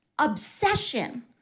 obsession